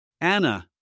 Anna